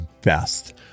best